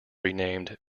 renamed